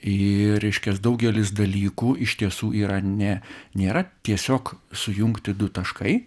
ir reiškias daugelis dalykų iš tiesų yra ne nėra tiesiog sujungti du taškai